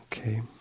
Okay